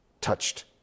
touched